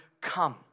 come